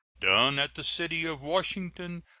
done at the city of washington,